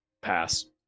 Pass